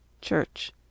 church